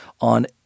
on